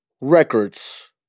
records